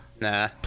Nah